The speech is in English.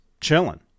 chilling